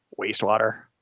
wastewater